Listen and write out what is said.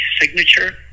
signature